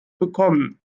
bekommen